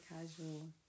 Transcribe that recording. casual